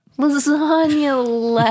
Lasagna